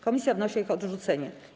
Komisja wnosi o ich odrzucenie.